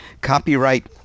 copyright